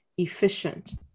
efficient